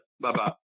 Bye-bye